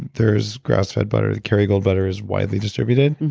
there's grass fed butter. the kerrygold butter is widely distributed.